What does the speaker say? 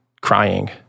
crying